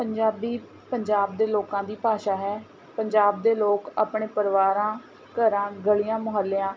ਪੰਜਾਬੀ ਪੰਜਾਬ ਦੇ ਲੋਕਾਂ ਦੀ ਭਾਸ਼ਾ ਹੈ ਪੰਜਾਬ ਦੇ ਲੋਕ ਆਪਣੇ ਪਰਿਵਾਰਾਂ ਘਰਾਂ ਗਲੀਆਂ ਮੁਹੱਲਿਆਂ